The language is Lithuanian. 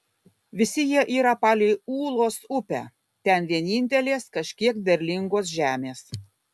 visi jie yra palei ūlos upę ten vienintelės kažkiek derlingos žemės